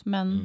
Men